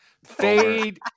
Fade